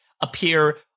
appear